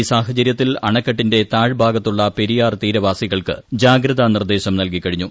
ഈ സാഹചര്യത്തിൽ അണക്കെട്ടിന്റെ താഴ്ഭാഗത്തുള്ള പെരിയാർ തീരവാസികൾക്ക് ജാഗ്രതാ നിർദ്ദേശം നൽകികഴിഞ്ഞു